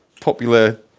popular